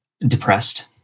depressed